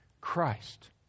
Christ